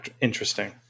interesting